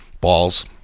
balls